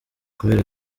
kubera